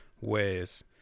ways